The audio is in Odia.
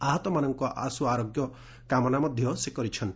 ଆହତମାନଙ୍କ ଆଶୁ ଆରୋଗ୍ୟ କାମନା କରିଛନ୍ତି